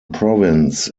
province